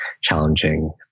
challenging